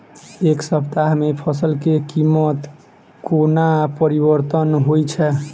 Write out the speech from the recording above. एक सप्ताह मे फसल केँ कीमत कोना परिवर्तन होइ छै?